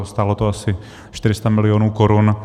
Stálo to asi 400 milionů korun.